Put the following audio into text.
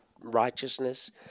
righteousness